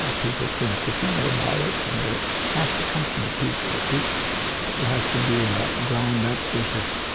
ah people think differently about it, and but it has to come from the people. the people it has to be a ground up versus